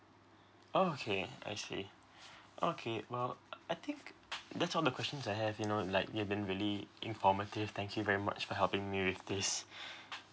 oh okay I see okay well I think that's all the questions I have you know like you've been really informative thank you very much for helping me with this